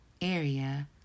Area